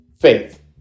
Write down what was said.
faith